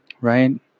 right